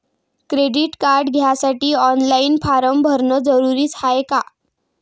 Credit card घ्यासाठी online form भरन जरुरीच हाय का?